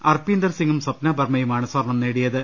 അർപ്പീന്ദർ സിങ്ങും സ്വപ്ന ബർമയുമാണ് സ്വർണം നേടിയത്